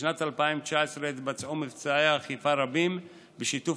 בשנת 2019 התבצעו מבצעי אכיפה רבים בשיתוף